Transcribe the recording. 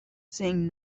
saying